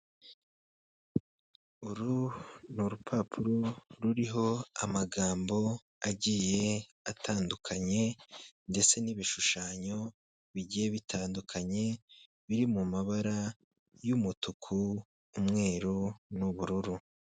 Uri ni urupapuro ruriho amagambo agiye atandukanye ndetse n'ibishushanyo bigiye bitandukanye biri mu mabara y'umutuku, umweru, n'ubururu.